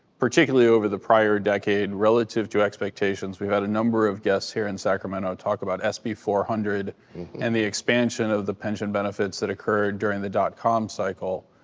particularly over the prior decade relative to expectations. we've had a number of guests here in sacramento talk about sb four hundred and the expansion of the pension benefits that occurred during the dot-com cycle,